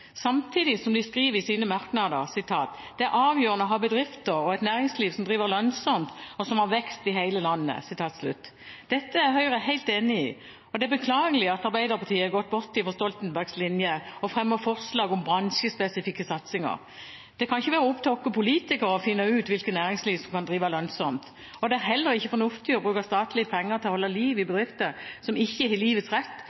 samtidig som de skriver i sine merknader at «det er avgjørende å ha bedrifter og et næringsliv som driver lønnsomt i hele landet». Dette er Høyre helt enig i. Det er beklagelig at Arbeiderpartiet har gått bort fra Stoltenbergs linje og fremmer forslag om bransjespesifikke satsinger. Det kan ikke være opp til oss politikere å finne ut hvilket næringsliv som kan drive lønnsomt. Og det er heller ikke fornuftig å bruke statlige penger til å holde liv i bedrifter som ikke har livets rett,